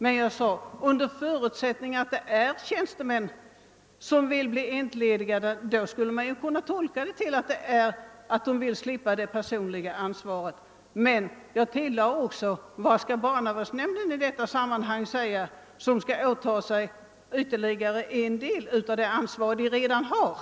Men om tjänstemännen vill bli entledigade från sina uppdrag, kan detta tolkas så att de vill slippa det personliga ansvaret. Jag ställde emellertid också frågan vad barnavårdsnämnderna kommer att säga om de måste åta sig ett ansvar utöver det som de redan har.